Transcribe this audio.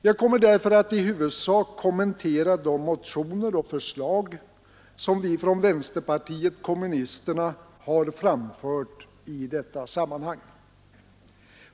Jag kommer därför i huvudsak att kommentera de motioner och förslag som vänsterpartiet kommunisterna har framfört i detta sammanhang.